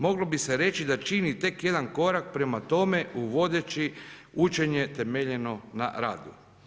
Mogli bi se reći da čini tek jedan korak prema tome uvodeći učenje temeljeno na radu.